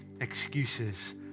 excuses